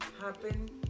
happen